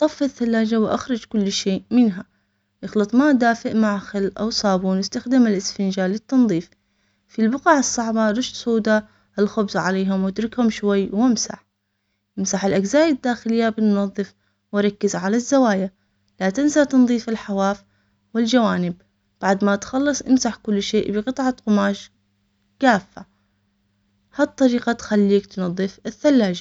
طفي الثلاجة واخرج كل شيء منها. اخلط ماء دافئ مع خل او صابون يستخدم الاسنجال للتنظيف. في البقع الصعبة السودا الخبز عليها ونتركهم شوي وامشى. نمسح الاجزاء الداخلية بننضف وركز على الزوايا. لا تنسى تنضيف الحواف بعد ما تخلص امسح كل شيء بقطعة قماش كافة هالطريقة تخليك تنظف الثلاجة.